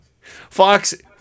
Fox